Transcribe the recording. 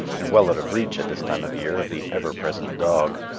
and well out of reach, at this time of year, of the ever-present dog.